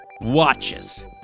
Watches